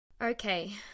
Okay